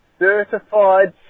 certified